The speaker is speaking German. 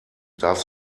darf